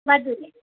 बाजूला